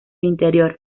interior